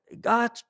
God